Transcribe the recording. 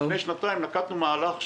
לפני שנתיים נקטנו מהלך,